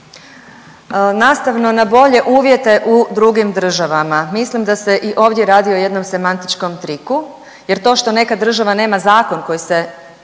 Nastavno na bolje uvjete u drugim država, mislim da je i ovdje radi o jednom semantičkom triku jer to što neka država nema zakon koji se